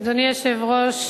אדוני היושב-ראש,